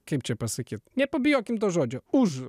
kaip čia pasakyt nepabijokim to žodžio už